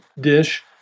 dish